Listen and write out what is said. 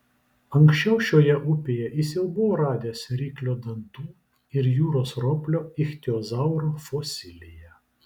anksčiau šioje upėje jis jau buvo radęs ryklio dantų ir jūros roplio ichtiozauro fosiliją